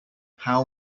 how